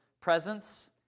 Presence